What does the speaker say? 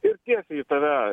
ir kiek ji tave